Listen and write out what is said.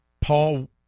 Paul